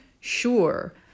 sure